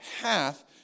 hath